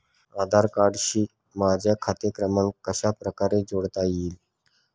आधार कार्डशी माझा खाते क्रमांक कशाप्रकारे जोडता येईल?